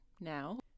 now